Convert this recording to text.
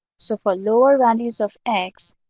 so for lower values of x,